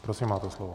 Prosím máte slovo.